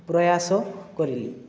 ପ୍ରୟାସ କରିଲି